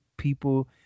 people